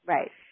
Right